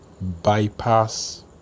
bypass